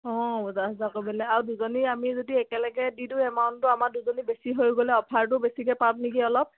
অঁ বজাৰ চজাৰ কৰিবলে আৰু দুজনী আমি যদি একেলগে দি দিওঁ এমাউণ্টটো আমাৰ দুজনী বেছি হৈ গ'লে অফাৰটো বেছিকে পাম নেকি অলপ